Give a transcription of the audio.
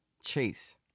Chase